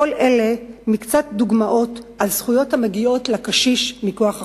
כל אלו קצת דוגמאות לזכויות המגיעות לקשיש מכוח החוק.